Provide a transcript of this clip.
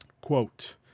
Quote